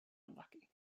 unlucky